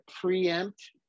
preempt